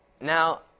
Now